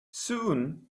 soon